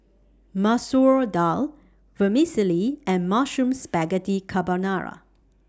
Masoor Dal Vermicelli and Mushroom Spaghetti Carbonara